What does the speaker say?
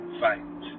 fight